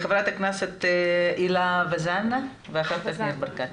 חברת הכנסת הילה וזאן ואחר כך ניר ברקת.